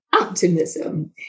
optimism